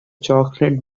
chocolate